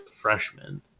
freshman